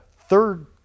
third